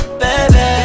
baby